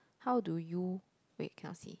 how do you wait cannot see